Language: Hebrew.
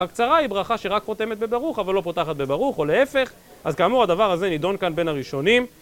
הקצרה היא ברכה שרק חותמת בברוך, אבל לא פותחת בברוך, או להפך. אז כאמור, הדבר הזה נידון כאן בין הראשונים.